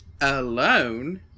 alone